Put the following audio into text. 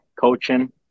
Coaching